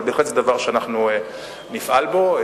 אבל בהחלט זה דבר שאנחנו נפעל בו.